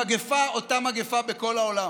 המגפה, אותה מגפה בכל העולם,